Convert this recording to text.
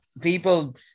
People